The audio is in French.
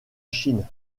chine